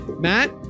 Matt